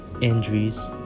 injuries